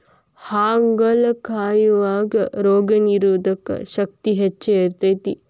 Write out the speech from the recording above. ಹಾಗಲಕಾಯಾಗ ರೋಗನಿರೋಧಕ ಶಕ್ತಿ ಹೆಚ್ಚ ಇರ್ತೈತಿ